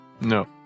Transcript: No